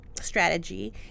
strategy